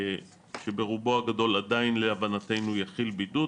שברובו הגדול עדיין להבנתנו יכיל בידוד,